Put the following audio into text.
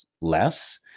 less